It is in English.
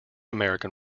american